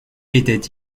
était